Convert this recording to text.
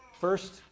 First